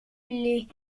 les